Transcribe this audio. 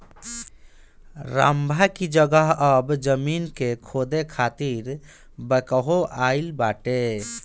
रम्भा की जगह अब जमीन के खोदे खातिर बैकहो आ गईल बाटे